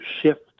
shift